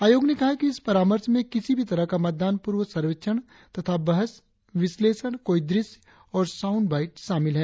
आयोग ने कहा है कि इस परामर्श में किसी भी तरह का मतदान पूर्व सर्वेक्षण तथा बहस विश्लेषण कोई दृश्य और साउंड बाइट शामिल हैं